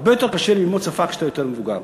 הרבה יותר קשה ללמוד שפה כשאתה יותר מבוגר.